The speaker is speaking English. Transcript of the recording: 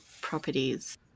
properties